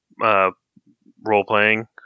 role-playing